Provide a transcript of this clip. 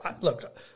look